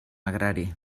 agrari